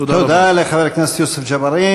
תודה לחבר הכנסת יוסף ג'בארין.